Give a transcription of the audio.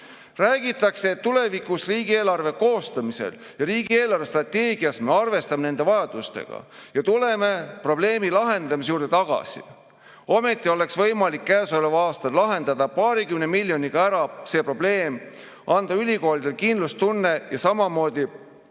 Räägitakse, et tulevikus riigieelarve koostamisel ja riigi eelarvestrateegias me arvestame nende vajadustega ja tuleme probleemi lahendamise juurde tagasi. Ometi oleks võimalik käesoleval aastal lahendada paarikümne miljoniga ära see probleem, anda ülikoolidele kindlustunne ja samamoodi